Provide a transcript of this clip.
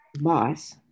boss